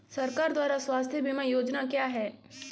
सरकार द्वारा स्वास्थ्य बीमा योजनाएं क्या हैं?